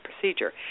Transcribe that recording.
procedure